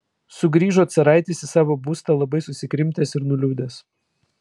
sugrįžo caraitis į savo būstą labai susikrimtęs ir nuliūdęs